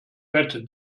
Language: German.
wette